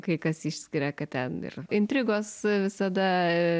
kai kas išskiria kad ten ir intrigos visada